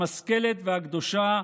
המשכלת והקדושה